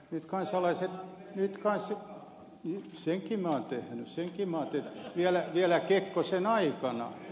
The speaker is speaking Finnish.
senkin minä olen tehnyt senkin minä olen tehnyt vielä kekkosen aikana